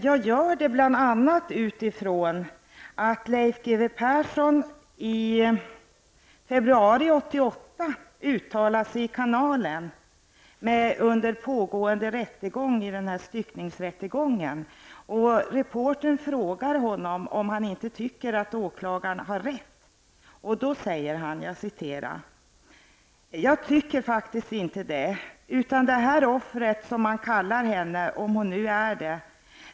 Jag hyser också misstro mot hans förmåga efter hans uttalande i TV programmet Kanalen under pågående styckmordsrättegång. Reportern frågade honom om att han inte tyckte att åklagaren hade rätt, och då svarade han så här: ''Nej, jag tycker faktiskt inte det. Utan där offret, som man kallar henne, om hon nu är det.